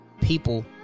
people